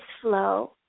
flow